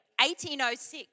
1806